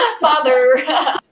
father